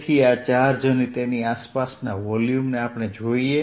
તેથી આ ચાર્જ અને તેની આસપાસના વોલ્યુમને જોઈએ